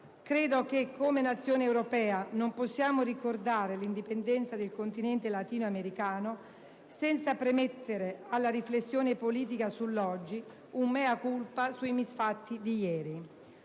credo che, come nazione europea, non possiamo ricordare l'indipendenza del continente latino-americano, senza premettere alla riflessione politica sull'oggi un *mea culpa* sui misfatti di ieri.